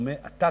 תשלומי עתק?